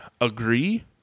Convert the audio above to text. agree